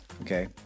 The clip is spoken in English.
okay